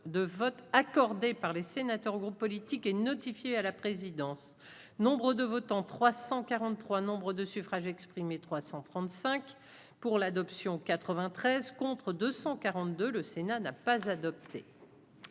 de votre accordé par les sénateurs aux groupes politiques et à la présidence, nombre de votants 343 Nombre de suffrages exprimés 335 pour l'adoption 93 contre 242 le Sénat n'a pas adopté.